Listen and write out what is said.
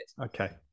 Okay